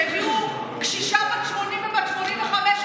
שהביאו קשישה בת 80 ובת 85,